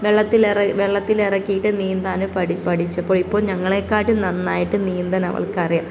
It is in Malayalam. വെള്ളത്തിലിറ വെള്ളത്തിലിറക്കിയിട്ട് നീന്താൻ പഠിച്ചപ്പോൾ ഇപ്പം ഞങ്ങളെക്കാട്ടിയും നന്നായിട്ട് നീന്താൻ അവൾക്കറിയാം